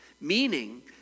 Meaning